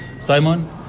Simon